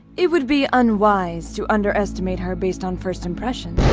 it would be unwise to underestimate her based on first impressions.